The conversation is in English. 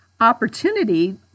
opportunity